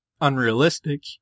unrealistic